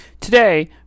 Today